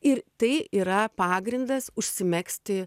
ir tai yra pagrindas užsimegzti